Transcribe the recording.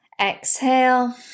exhale